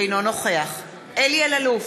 אינו נוכח אלי אלאלוף,